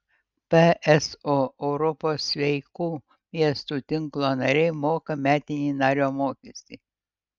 pso europos sveikų miestų tinklo nariai moka metinį nario mokestį